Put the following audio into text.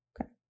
Okay